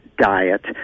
diet